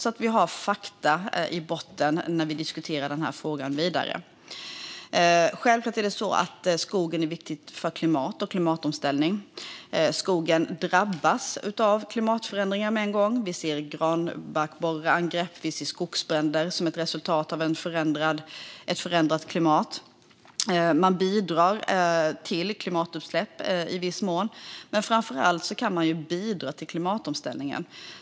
Då har vi fakta i botten när vi diskuterar frågan vidare. Självklart är skogen viktig för klimat och klimatomställning. Skogen drabbas av klimatförändringar med en gång. Vi ser granbarkborreangrepp och skogsbränder som ett resultat av ett förändrat klimat. Man bidrar till klimatutsläpp i viss mån. Men framför allt kan man bidra till klimatomställningen.